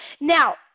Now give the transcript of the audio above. Now